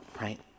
right